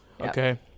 Okay